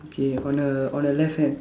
okay on her on her left hand